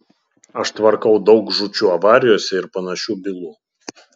aš tvarkau daug žūčių avarijose ir panašių bylų